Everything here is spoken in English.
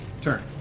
Turn